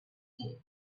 here